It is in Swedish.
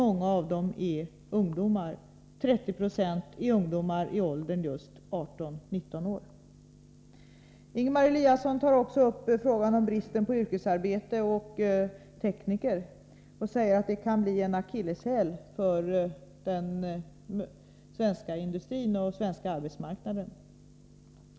Många av dem är ungdomar — 30 90 är ungdomar i åldern 18-19 år. Ingemar Eliasson tar också upp frågan om bristen på yrkesarbetare och tekniker och säger att den kan bli en akilleshäl för den svenska industrin och den svenska arbetsmarknaden.